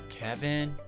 kevin